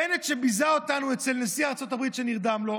בנט, שביזה אותנו אצל נשיא ארצות הברית, שנרדם לו,